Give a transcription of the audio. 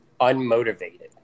unmotivated